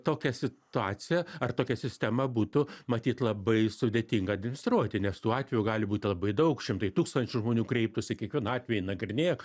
tokia situacija ar tokia sistema būtų matyt labai sudėtinga administruoti nes tų atvejų gali būti labai daug šimtai tūkstančių žmonių kreiptųsi kiekvieną atvejį nagrinėk